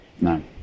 No